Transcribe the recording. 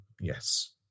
Yes